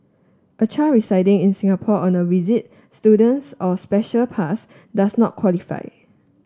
a child residing in Singapore on a visit student's or special pass does not qualify